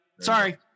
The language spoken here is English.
Sorry